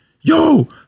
yo